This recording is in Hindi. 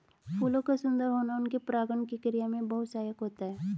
फूलों का सुंदर होना उनके परागण की क्रिया में बहुत सहायक होता है